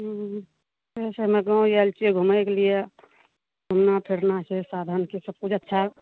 हूँ एना छै हमे गाँव आयल छियै घुमयके लिये घुमना फिरना छै साधनके सब किछु अच्छा